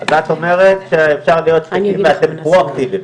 את אומרת שאפשר להיות רגועים ואתם פרואקטיביים,